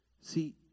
See